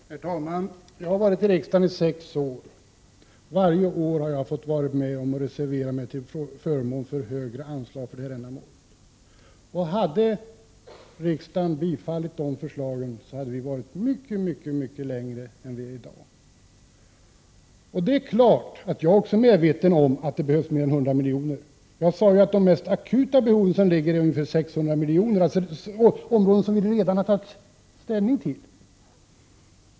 Herr talman! Jag har varit i riksdagen i sex år, och varje år har jag varit med om att avge reservation till förmån för högre anslag till det här ändamålet. Hade riksdagen beviljat de anslagen, så hade vi kommit mycket, mycket längre än vi kommit i dag. Det är klart att jag också är medveten om att det behövs mer än 100 miljoner. Jag sade ju att det för de mest akuta behoven behövs ungefär 600 miljoner — på områden som vi redan har tagit ställning till.